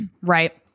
Right